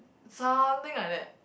something like that